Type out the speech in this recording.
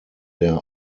der